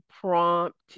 prompt